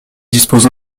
dispose